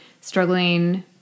struggling